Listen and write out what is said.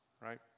right